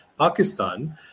Pakistan